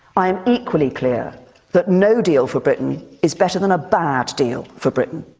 i am equally clear that no deal for britain is better than a bad deal for britain.